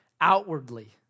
outwardly